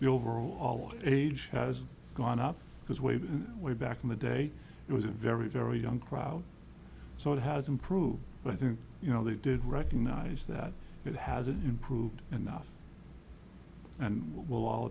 the overall age has gone up because wave way back in the day it was a very very young crowd so it has improved but i think you know they did recognize that it hasn't improved enough and we'll all